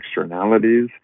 externalities